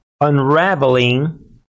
unraveling